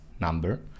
number